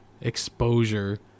exposure